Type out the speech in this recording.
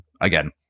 again